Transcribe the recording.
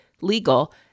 legal